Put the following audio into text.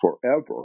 forever